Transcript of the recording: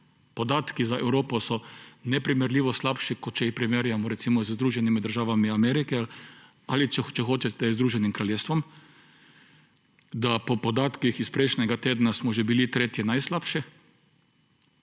podatki za Evropo so neprimerljivo slabši, kot če jih primerjamo recimo z Združenimi državami Amerike ali če hočete z Združenim kraljestvom – smo bili po podatkih iz prejšnjega tedna že tretji najslabši,